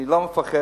אני לא מפחד,